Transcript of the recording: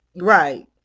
right